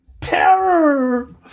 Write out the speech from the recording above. terror